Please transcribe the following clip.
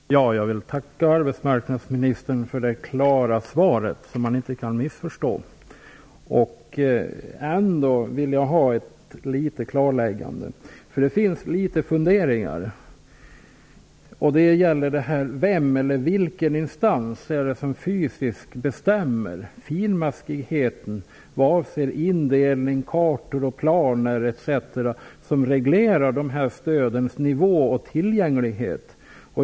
Herr talman! Jag vill tacka arbetsmarknadsministern för det klara svaret, som man inte kan missförstå. Jag vill ändå ha ett litet klarläggande. Det finns funderingar som gäller vilken instans som fysiskt bestämmer finmaskigheten vad avser indelning, kartor och planer etc. som reglerar dessa stöds nivå och tillgänglighet.